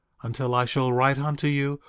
until i shall write unto you,